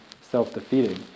self-defeating